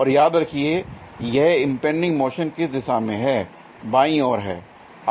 और याद रखिए यह इंपैंडिंग मोशन किस दिशा में हैं बाईं ओर है